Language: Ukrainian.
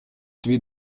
твій